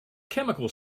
chemical